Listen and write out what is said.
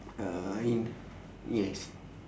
uh in yes